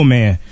Man